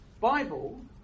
Bible